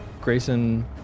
Grayson